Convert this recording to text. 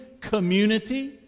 community